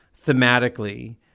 thematically